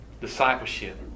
Discipleship